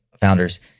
founders